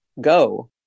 go